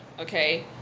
okay